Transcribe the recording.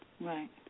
Right